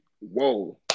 whoa